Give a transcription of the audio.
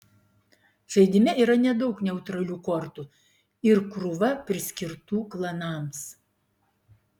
žaidime yra nedaug neutralių kortų ir krūva priskirtų klanams